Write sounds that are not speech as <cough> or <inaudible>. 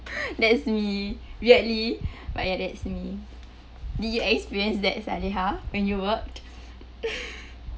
<noise> that's me weirdly but ya that's me do you experience that saleha when you work <laughs>